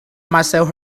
myself